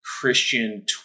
Christian